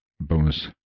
bonus